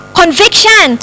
conviction